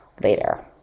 later